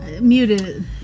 muted